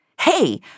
Hey